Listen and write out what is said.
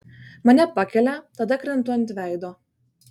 mane pakelia tada krentu ant veido